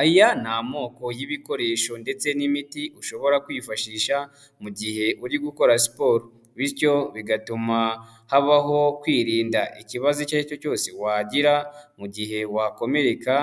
Aya ni amoko y'ibikoresho ndetse n'imiti ushobora kwifashisha mu gihe uri gukora siporo, bityo bigatuma habaho kwirinda ikibazo icyo ari cyo cyose wagira mu gihe wakomereka